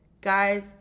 Guys